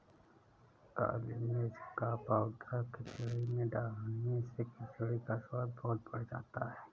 काली मिर्च का पाउडर खिचड़ी में डालने से खिचड़ी का स्वाद बहुत बढ़ जाता है